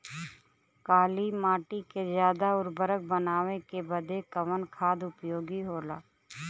काली माटी के ज्यादा उर्वरक बनावे के बदे कवन खाद उपयोगी होला?